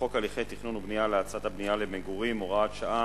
חוק הליכי תכנון ובנייה להאצת הבנייה למגורים (הוראת שעה),